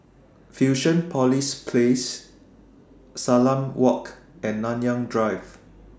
Fusionopolis Place Salam Walk and Nanyang Drive